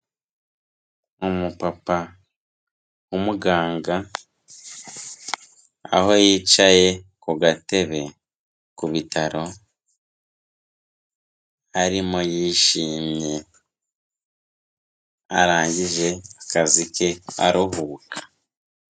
Umupapa w'umuganga aho yicaye ku gatebe ku bitaro arimo yishimye, arangije akazi ke aruhuka.